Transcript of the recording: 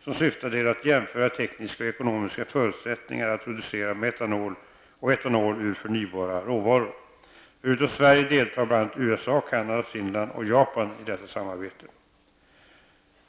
som syftar till att jämföra tekniska och ekonomiska förutsättningar att producera metanol och etanol ur förnybara råvaror. Förutom Sverige deltar bl.a. USA, Canada, Finland och Japan i detta samarbete.